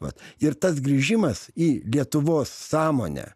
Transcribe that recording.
vat ir tas grįžimas į lietuvos sąmonę